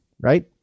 right